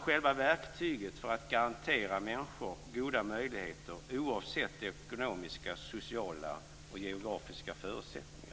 själva verktyget för att garantera människor goda möjligheter oavsett de ekonomiska, sociala och geografiska förutsättningarna.